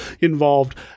involved